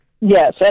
Yes